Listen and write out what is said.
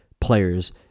players